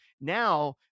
Now